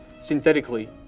synthetically